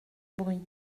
bruit